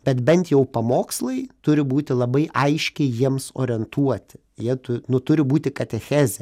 bet bent jau pamokslai turi būti labai aiškiai jiems orientuoti jie tu nu turi būti katechezė